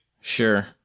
Sure